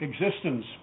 existence